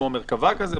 כמו מרכב"ה כזה?